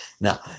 Now